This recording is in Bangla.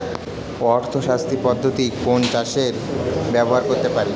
অর্ধ স্থায়ী পদ্ধতি কোন চাষে ব্যবহার করতে পারি?